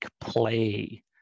play